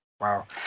Wow